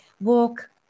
walk